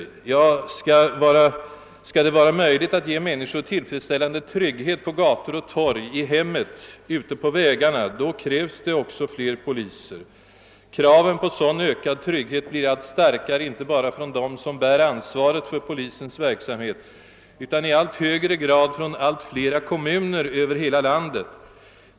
Ja, skall det vara möjligt att ge människor tillfredsställande trygghet på gator och torg, i hemmet, ute på vägarna, då krävs det också flera poliser. Kraven på sådan ökad trygghet blir allt starkare inte bara från dem som bär ansvaret för polisens verksamhet utan i allt högre grad från allt fler kommuner över hela landet.